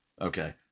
Okay